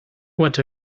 what